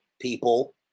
people